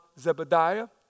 Zebediah